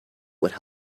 would